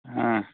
हाँ